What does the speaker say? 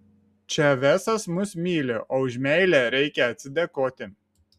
čavesas mus myli o už meilę reikia atsidėkoti